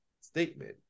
statement